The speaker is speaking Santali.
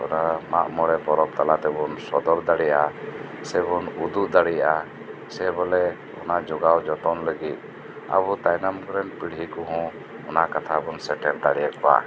ᱚᱱᱟ ᱢᱟᱜ ᱢᱚᱲᱮ ᱯᱚᱨᱚᱵ ᱛᱟᱞᱟ ᱛᱮᱵᱩᱱ ᱥᱚᱫᱚᱨ ᱫᱟᱲᱮᱭᱟᱜᱼᱟ ᱥᱮᱵᱩᱱ ᱩᱫᱩᱜ ᱫᱟᱲᱮᱭᱟᱜᱼᱟ ᱥᱮ ᱵᱚᱞᱮ ᱚᱱᱟ ᱡᱚᱜᱟᱣ ᱡᱚᱛᱚᱱ ᱞᱟᱹᱜᱤᱫ ᱟᱵᱩ ᱛᱟᱭᱱᱚᱢ ᱨᱮᱱ ᱯᱤᱲᱦᱤ ᱠᱚᱦᱚᱸ ᱚᱱᱟ ᱠᱟᱛᱷᱟ ᱵᱩᱱ ᱥᱮᱴᱮᱨ ᱫᱟᱲᱮᱭᱟᱠᱩᱣᱟ